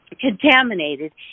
contaminated